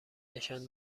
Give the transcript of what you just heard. نشان